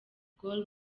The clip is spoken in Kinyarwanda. gor